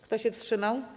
Kto się wstrzymał?